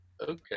okay